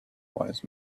wise